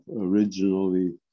originally